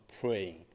praying